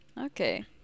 Okay